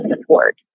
support